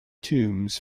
tombs